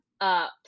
up